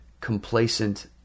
complacent